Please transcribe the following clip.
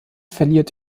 verliert